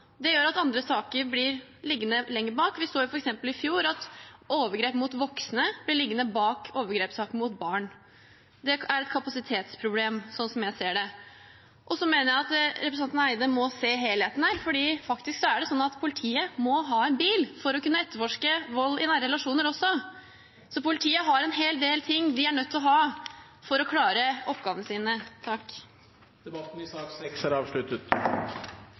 Det gjør at andre saker blir liggende lenger bak. Vi så f.eks. i fjor at overgrepssaker mot voksne ble liggende bak overgrepssaker mot barn. Det er et kapasitetsproblem, sånn som jeg ser det. Jeg mener at representanten Eide må se helheten her, for det er faktisk sånn at politiet også må ha en bil for å kunne etterforske vold i nære relasjoner. Politiet har en hel del ting de er nødt til å ha for å klare oppgavene sine. Flere har ikke bedt om ordet til sak